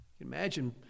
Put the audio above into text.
Imagine